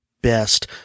Best